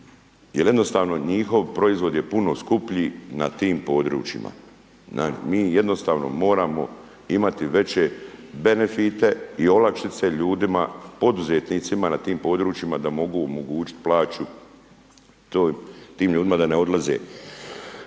jednostavno njihov proizvod je puno skuplji na tim područjima, mi jednostavno moramo imati veće benefite i olakšice ljudima poduzetnicima na tim područjima da mogu omogućiti plaću tim ljudima da odlaze